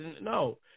No